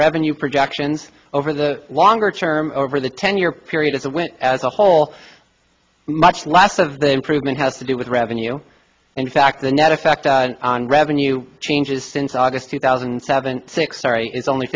revenue projections over the longer term over the ten year period as it went as a whole much last of the improvement has to do with revenue in fact the net effect on revenue changes since august two thousand and seven six sorry is only